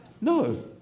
No